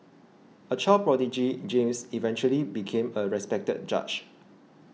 a child prodigy James eventually became a respected judge